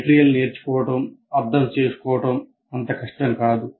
material నేర్చుకోవడం అర్థం చేసుకోవడం అంత కష్టం కాదు